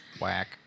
Whack